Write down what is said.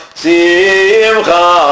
simcha